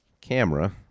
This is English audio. camera